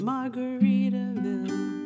Margaritaville